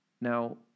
Now